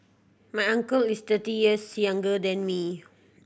my uncle is thirty years younger than me